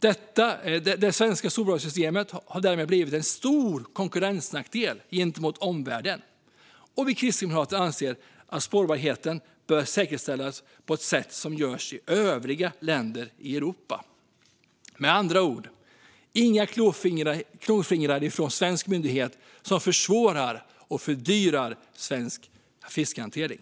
Det svenska spårbarhetssystemet har därmed blivit en stor konkurrensnackdel gentemot omvärlden. Vi kristdemokrater anser att spårbarheten bör säkerställas på det sätt som görs i övriga länder i Europa. Med andra ord: inga klåfingrar från svenska myndigheter som försvårar och fördyrar svensk fiskehantering.